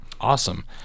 Awesome